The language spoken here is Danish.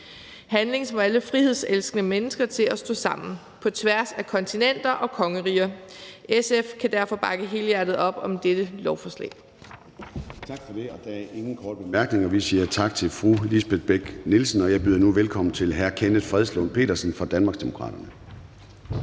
handling, som får alle frihedselskende mennesker til at stå sammen på tværs af kontinenter og kongeriger. SF kan derfor bakke helhjertet op om dette lovforslag.